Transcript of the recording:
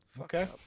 Okay